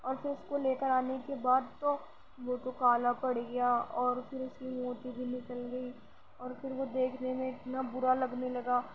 اور پھر اس کو لے کر آنے کے بعد تو وہ تو کالا پڑ گیا اور پھر اس کی موتی بھی ںکل گئی اور پھر وہ دیکھنے میں اتنا برا لگنے لگا